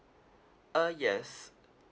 uh yes